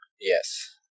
Yes